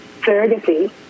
surrogacy